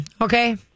Okay